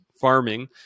farming